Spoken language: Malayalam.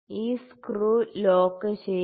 ഈ സ്ക്രൂ ലോക്ക് ചെയ്യുക